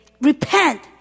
repent